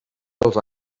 els